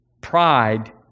pride